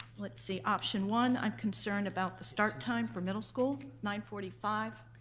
let's see, option one i'm concerned about the start time for middle school, nine forty five.